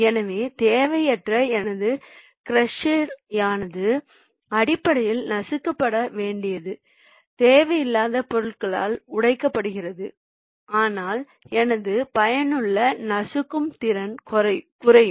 எனவே தேவையற்ற எனது க்ரஷர்யானது அடிப்படையில் நசுக்கப்பட வேண்டிய தேவையில்லாத பொருட்களால் ஊட்டப்படுகிறது அதனால் எனது பயனுள்ள நசுக்கும் திறன் குறையும்